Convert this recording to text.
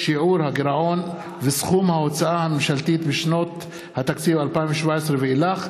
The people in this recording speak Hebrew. (שיעור הגירעון וסכום ההוצאה הממשלתית בשנות התקציב 2017 ואילך),